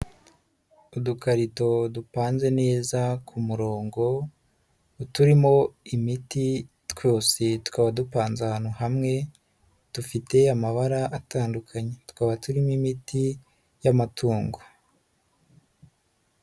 Udukarito dupanze neza ku murongo, uturimo imiti twose tukaba dupanze ahantu hamwe, dufite amabara atandukanye. Tukaba turimo imiti y'amatungo.